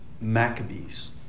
maccabees